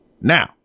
Now